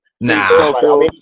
Nah